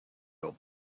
your